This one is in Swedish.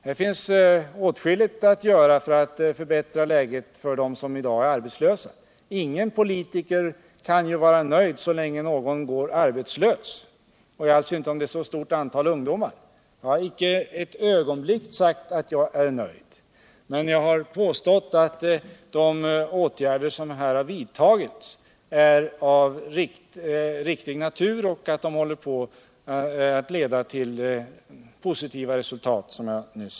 Det finns åtskilligt att göra för att förbättra fäget för dem som i dag är arbetslösa. Ingen politiker kan vara nöjd så länge någon går arbetslös, i synnerhet när det gäller ett så stort antal ungdomar. Jag har inte eu ögonblick sagt att jag är nöjd, men jag har påstätt utt de åtgärder som hur vidtagits är av riktig natur och håller på att leda till positiva resultat.